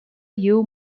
you